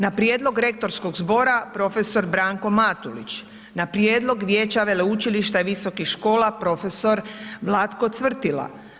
Na prijedlog rektorskog zbora profesor Branko Matulić, na prijedlog Vijeća veleučilišta i visokih škola profesor Vlatko Cvrtila.